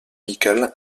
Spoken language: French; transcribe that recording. amicales